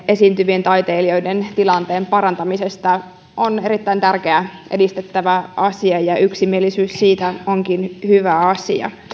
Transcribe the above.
esiintyvien taiteilijoiden tilanteen parantamisesta jota tänään käsittelemme on erittäin tärkeä edistettävä asia ja yksimielisyys siitä onkin hyvä asia